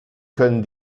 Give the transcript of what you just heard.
können